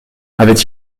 avait